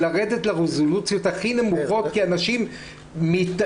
לרדת לרזולוציות הכי נמוכות כי אנשים בשל